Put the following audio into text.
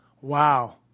Wow